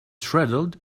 shredded